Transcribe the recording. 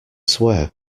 swear